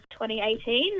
2018